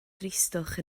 dristwch